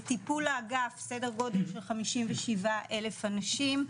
בטיפול האגף סדר גודל של 57,000 אנשים,